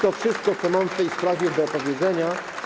To wszystko, co mam w tej sprawie do powiedzenia.